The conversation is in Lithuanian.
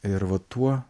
ir vat tuo